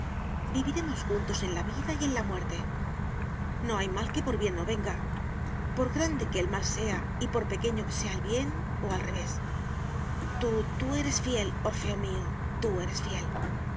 viviremos juntos en la vida y en la muerte no hay mal que por bien no venga por grande que el mal sea y por pequeño que sea el bien o al revés tú tú eres fiel orfeo mío tú eres fiel